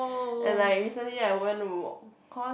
and like recently I went to cause